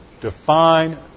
Define